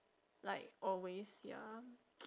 like always ya